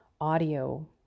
audio